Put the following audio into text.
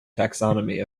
taxonomy